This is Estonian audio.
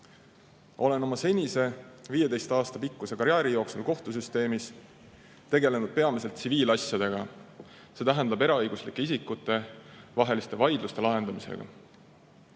Olen oma senise 15 aasta pikkuse karjääri jooksul kohtusüsteemis tegelenud peamiselt tsiviilasjadega, see tähendab eraõiguslike isikute vaheliste vaidluste lahendamisega.